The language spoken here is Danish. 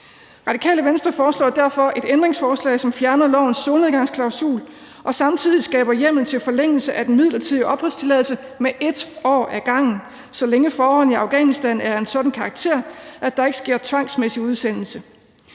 Radikale Venstre foreslår derfor et ændringsforslag, som fjerner lovforslagets solnedgangsklausul og samtidig skaber hjemmel til forlængelse af den midlertidige opholdstilladelse med 1 år ad gangen, så længe forholdene i Afghanistan er af en sådan karakter, at der ikke sker tvangsmæssig udsendelse.